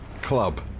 Club